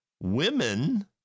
Women